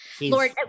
Lord